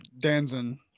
Danzen